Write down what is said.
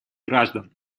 граждан